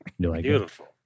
Beautiful